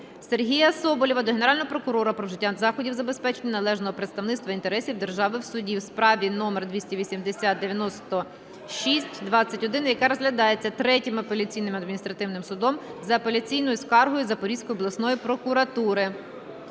Сергія Соболєва до Генерального прокурора про вжиття заходів забезпечення належного представництва інтересів держави в суді у справі № 280/906/21, яка розглядається Третім апеляційним адміністративним судом за апеляційною скаргою Запорізької обласної прокуратури.